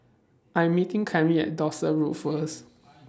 I'm meeting Clemmie At Dorset Road First